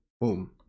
Boom